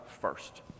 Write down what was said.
first